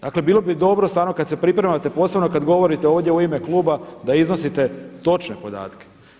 Dakle, bilo bi dobro kad se pripremate posebno kad govorite ovdje u ime kluba da iznosite točne podatke.